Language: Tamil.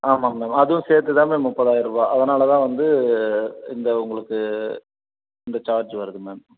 ஆமாம் மேம் அதுவும் சேர்த்துதான் மேம் முப்பதாயிரம் ரூபாய் அதனால்தான் வந்து இந்த உங்களுக்கு இந்த சார்ஜ் வருது மேம்